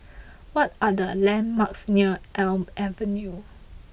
what are the landmarks near Elm Avenue